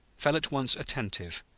fell at once attentive,